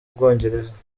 bwongereza